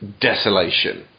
desolation